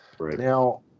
Now